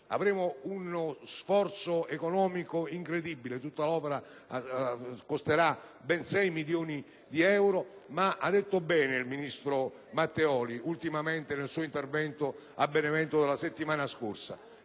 compiere uno sforzo economico incredibile (tutta l'opera costerà ben 6 milioni di euro), ma, come ha detto bene il ministro Matteoli, nel suo intervento a Benevento la settimana scorsa,